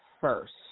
first